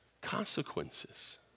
consequences